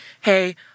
hey